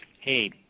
hey